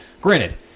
Granted